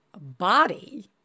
body